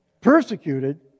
Persecuted